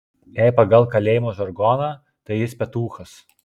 jei pagal kalėjimo žargoną tai jis petūchas